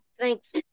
Thanks